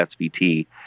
SVT